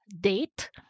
date